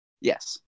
Yes